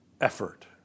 effort